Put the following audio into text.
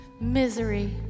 misery